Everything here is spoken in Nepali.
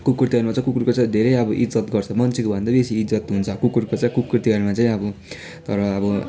कुकुर तिहारमा चाहिँ कुकुरको चाहिँ धेरै अब इज्जत गर्छ मान्छेकोभन्दा बेसी इज्जत हुन्छ कुकुरको चाहिँ कुकुर तिहारमा चाहिँ अब तर अब